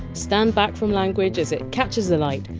stand back from language as it catches alight,